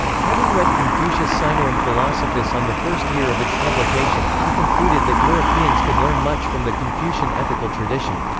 having read confucius sinarum philosophus on the first year of its publication, he concluded that europeans could learn much from the confucian ethical tradition.